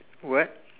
what